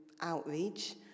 outreach